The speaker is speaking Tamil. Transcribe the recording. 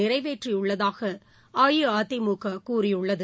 நிறைவேற்றியுள்ளதாக அஇஅதிமுக கூறியுள்ளது